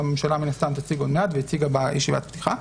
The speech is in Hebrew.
שהממשלה מן הסתם תציג עוד מעט היא הציגה בישיבת הפתיחה,